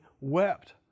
wept